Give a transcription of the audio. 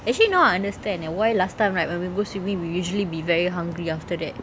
actually now I understand eh why last time right when we go swimming we will usually be very hungry after that